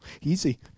Easy